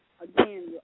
Again